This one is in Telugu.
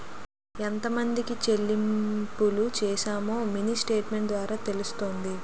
ఎంతమందికి చెల్లింపులు చేశామో మినీ స్టేట్మెంట్ ద్వారా తెలుస్తుంది